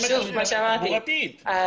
כמו שאמרתי,